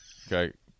okay